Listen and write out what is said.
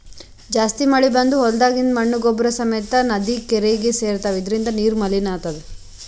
ಜಾಸ್ತಿ ಮಳಿ ಬಂದ್ ಹೊಲ್ದಾಗಿಂದ್ ಮಣ್ಣ್ ಗೊಬ್ಬರ್ ಸಮೇತ್ ನದಿ ಕೆರೀಗಿ ಸೇರ್ತವ್ ಇದರಿಂದ ನೀರು ಮಲಿನ್ ಆತದ್